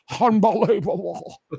Unbelievable